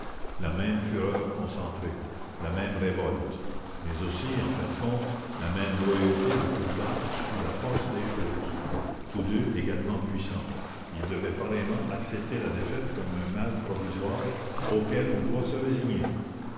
la même fureur concentrée la même révolte mais aussi en fin de comptera même loyauté le courba sous la force des choses tous deux également puissants ils devaient pareillement accepter la défaite comme un mal provisoire auquel on doit se résigner